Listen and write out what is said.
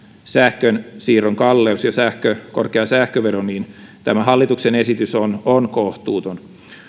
sähkönsiirron kalleus ja korkea sähkövero niin tämä hallituksen esitys on on kohtuuton